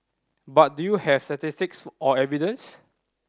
but do you have statistics or evidence